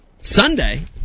Sunday